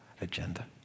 agenda